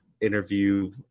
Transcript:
interview